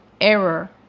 error